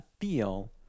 feel